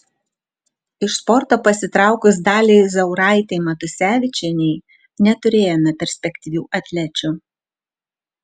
iš sporto pasitraukus daliai zauraitei matusevičienei neturėjome perspektyvių atlečių